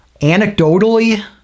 Anecdotally